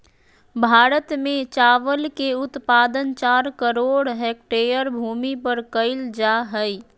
भारत में चावल के उत्पादन चार करोड़ हेक्टेयर भूमि पर कइल जा हइ